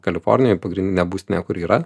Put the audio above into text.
kalifornijoj pagrindinę būstinę kur yra